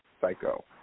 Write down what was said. psycho